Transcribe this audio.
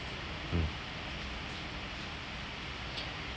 mm